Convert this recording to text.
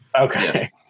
okay